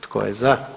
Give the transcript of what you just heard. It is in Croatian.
Tko je za?